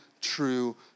true